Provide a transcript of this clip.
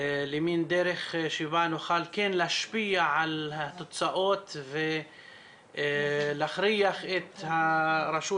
למין דרך שבה נוכל כן להשפיע על התוצאות ולהכריח את הרשות